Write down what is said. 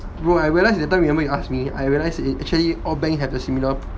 bro I realise that time remember when you ask me I realise actually all banks have a similar